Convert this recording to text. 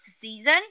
season